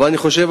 אבל אני חושב,